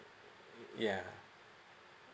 yeah